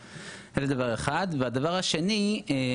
הוא לא כל כך עלה במסגרת הוועדה כאן,